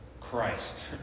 Christ